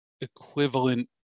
equivalent